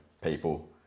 people